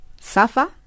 Safa